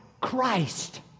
Christ